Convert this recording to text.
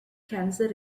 cancer